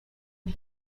mon